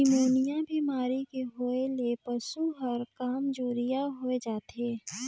pneumonia बेमारी के होय ले पसु हर कामजोरिहा होय जाथे